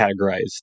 categorized